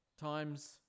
Times